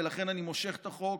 ולכן אני מושך את החוק.